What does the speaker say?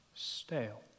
stale